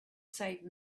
save